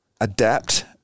adapt